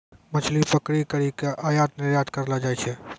मछली पकड़ी करी के आयात निरयात करलो जाय छै